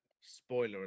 Spoiler